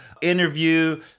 interview